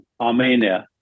Armenia